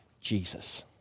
Jesus